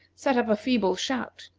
set up a feeble shout,